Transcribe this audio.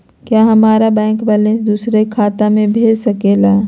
क्या हमारा bank balance दूसरे बैंक खाता में भेज सके ला?